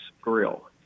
grill